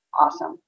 awesome